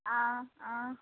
ആ ആ